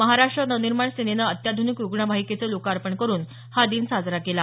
महाराष्ट्र नवनिर्माण सेनेनं अत्याध्निक रुग्णवाहिकेचं लोकार्पण करून हा दिन साजरा केला